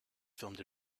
filmed